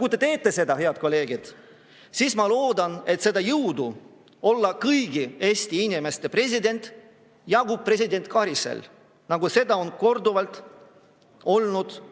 Kui te teete seda, head kolleegid, siis ma loodan, et jõudu olla kõigi Eesti inimeste president jagub president Karisel, nagu seda oli korduvalt